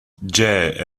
gie